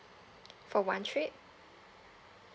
for one trip